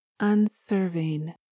unserving